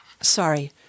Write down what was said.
Sorry